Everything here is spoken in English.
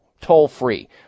toll-free